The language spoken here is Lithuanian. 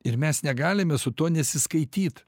ir mes negalime su tuo nesiskaityt